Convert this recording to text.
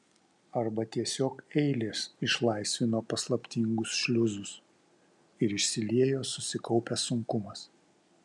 arba tiesiog eilės išlaisvino paslaptingus šliuzus ir išsiliejo susikaupęs sunkumas